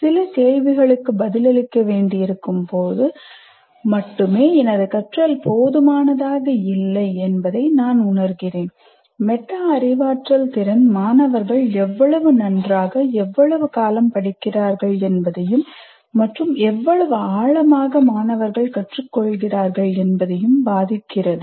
சில கேள்விகளுக்கு பதிலளிக்க வேண்டியிருக்கும் போது மட்டுமே எனது கற்றல் போதுமானதாக இல்லை என்று நான் உணர்கிறேன் மெட்டா அறிவாற்றல் திறன் மாணவர்கள் எவ்வளவு நன்றாக எவ்வளவு காலம் படிக்கிறார்கள் என்பதையும் மற்றும் எவ்வளவு ஆழமாக மாணவர்கள் கற்றுக்கொள்கிறார்கள் என்பதையும் பாதிக்கிறது